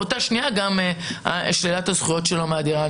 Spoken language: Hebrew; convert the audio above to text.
באותה שנייה גם נשללות הזכויות שלו על הדירה.